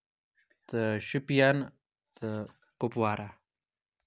تہٕ شُپیَن تہٕ کُپوارہ